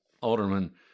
Alderman